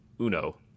uno